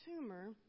tumor